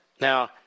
Now